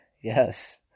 Yes